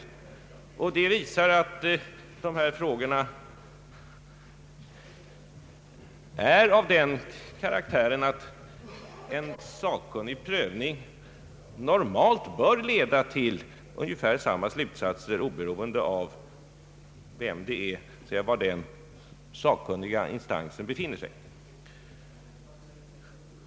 Det visar att dessa frågor är av den karaktären att en sakkunnig prövning normalt bör leda till ungefär samma slutsatser, oberoende av var den sakkunniga instansen befinner sig.